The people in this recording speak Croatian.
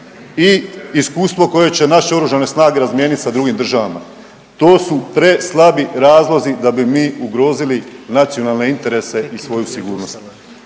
i iskustvo koje će naše Oružane snage razmijeniti sa drugim državama. To su preslabi razlozi da bi mi ugrozili nacionalne interese i svoju sigurnost.